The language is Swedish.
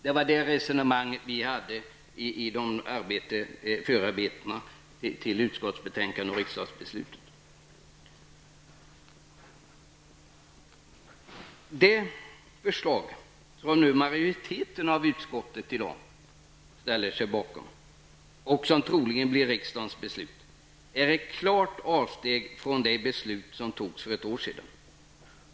Det var det resonemang som vi förde i förarbetena till utskottsbetänkandet och riksdagsbeslutet. Det förslag som majoriteten av utskottet i dag ställt sig bakom och som troligen blir riksdagens beslut innebär ett klart avsteg från det beslut som togs för ett år sedan.